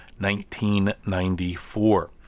1994